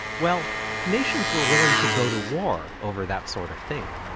well nations were willing to go to war over that sort of thing.